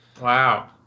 Wow